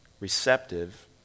receptive